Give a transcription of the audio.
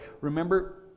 Remember